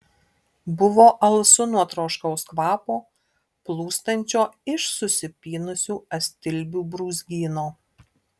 buvo alsu nuo troškaus kvapo plūstančio iš susipynusių astilbių brūzgyno